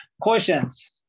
questions